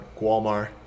Walmart